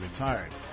retired